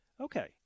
Okay